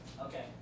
Okay